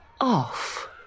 off